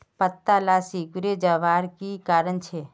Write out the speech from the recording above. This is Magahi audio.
पत्ताला सिकुरे जवार की कारण छे?